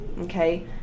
okay